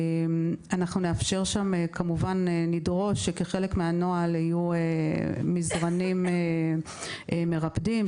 אנחנו נדרוש שכחלק מהנוהל יהיו מזרנים מרפדים,